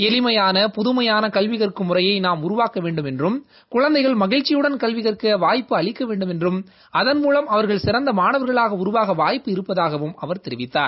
எளிமையான புதுமையான கல்வி கற்கும் முறையை நாம் உருவாக்க வேண்டுமென்றும் குழந்தைகள் மகிழ்ச்சியுடன் கல்வி கற்க வாய்ப்பு அளிக்க வேண்டுமென்றும் அதன்மூலம் அவர்கள் சிறந்த மாணவர்ளாக உருவாக வாய்ப்பு இருப்பதாகவும் அவர் தெரிவித்தார்